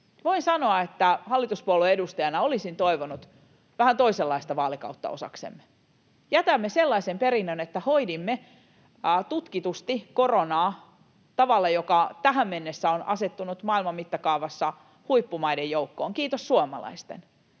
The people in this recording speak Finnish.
Voin sanoa, että hallituspuolueen edustajana olisin toivonut vähän toisenlaista vaalikautta osaksemme. Jätämme sellaisen perinnön, että hoidimme tutkitusti koronaa tavalla, joka tähän mennessä on asettunut maailman mittakaavassa huippumaiden joukkoon — kiitos suomalaisten